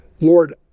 Lord